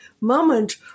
moment